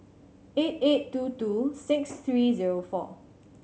eight eight two two six three zero four